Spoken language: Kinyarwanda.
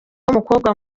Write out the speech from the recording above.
w’umukobwa